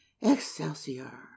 excelsior